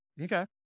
Okay